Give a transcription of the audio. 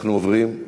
אנחנו עוברים,